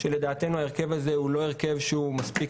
שלדעתנו ההרכב הזה הוא לא הרכב שהוא מספיק